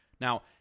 Now